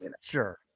sure